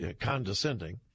condescending